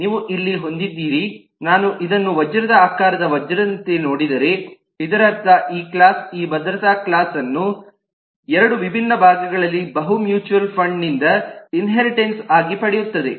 ನೀವು ಇಲ್ಲಿ ಹೊಂದಿದ್ದೀರಿ ನಾವು ಇದನ್ನು ವಜ್ರದ ಆಕಾರದ ವಜ್ರದಂತೆ ನೋಡಿದರೆ ಇದರರ್ಥ ಈ ಕ್ಲಾಸ್ ಈ ಭದ್ರತಾ ಕ್ಲಾಸ್ ಅನ್ನು ಎರಡು ವಿಭಿನ್ನ ಭಾಗಗಳಲ್ಲಿ ಬಹು ಮ್ಯೂಚುವಲ್ ಫಂಡ್ ನಿಂದ ಇನ್ಹೇರಿಟೆನ್ಸ್ ಆಗಿ ಪಡೆಯುತ್ತದೆ